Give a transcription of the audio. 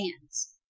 hands